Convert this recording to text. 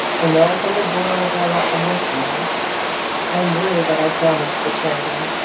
i know i tend to boil over a lot emotionally. i i'm worried that i damaged the charity.